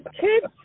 kids